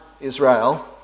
Israel